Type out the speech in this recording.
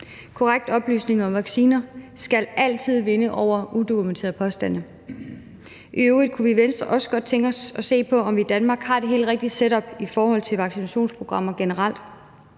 Korrekt oplysning om vacciner skal altid vinde over udokumenterede påstande. I øvrigt kunne vi i Venstre også godt tænke os at se på, om vi i Danmark har det helt rigtige setup i forhold til vaccinationsprogrammer generelt.